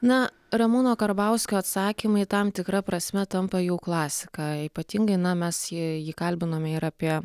na ramūno karbauskio atsakymai tam tikra prasme tampa jau klasika ypatingai na mes jį jį kalbinom ir apie